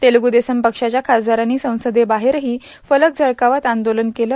तेलगु देसम पक्षाच्या खासदारांनी संसदेवाहेरही फलक झळकावत आंदोलन केलं